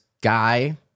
guy